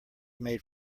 made